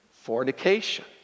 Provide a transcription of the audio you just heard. fornication